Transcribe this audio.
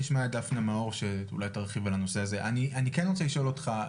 אני כן רוצה לשאול אותך,